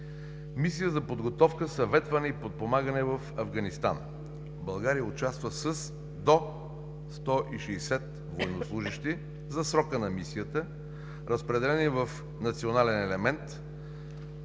мисията за подготовка, съветване и подпомагане в Афганистан България участва с до 160 военнослужещи, разпределени в: национален елемент,